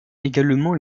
également